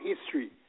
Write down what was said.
history